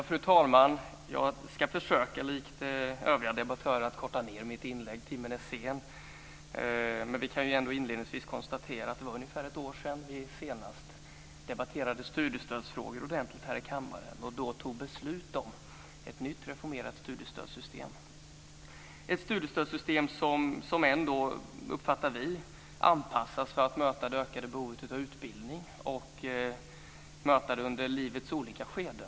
Fru talman! Jag ska försöka att likt övriga debattörer korta ned mitt inlägg. Timmen är sen. Men vi kan ju ändå inledningsvis konstatera att det var ungefär ett år sedan vi senast debatterade studiestödsfrågor ordentligt här i kammaren. Då tog vi beslut om ett nytt reformerat studiestödssystem som ändå, uppfattar vi, anpassats för att möta det ökade behovet av utbildning under livets olika skeden.